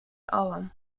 alum